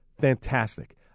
Fantastic